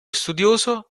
studioso